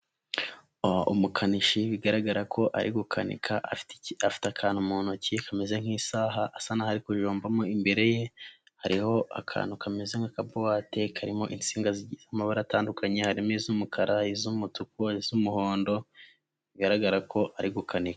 Umukanishi bigaragara ko ari gukanika iki afite akantu mu ntoki, kameze nk'isaha, asa nkaho ari kujombamo, imbere ye, hariho akantu kameze nk'aka buwate karimo insinga mabara atandukanye, harimo iz'umukara, iz'umutuku, iz'umuhondo, bigaragara ko ari gukanika.